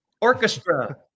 orchestra